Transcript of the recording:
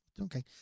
Okay